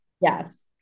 Yes